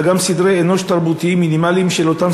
אלא גם סדרי אנוש תרבותיים מינימליים של אותם